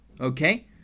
okay